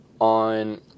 on